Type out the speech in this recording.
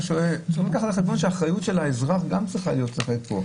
צריך לקחת בחשבון שגם אחריות האזרח צריכה להיות כאן.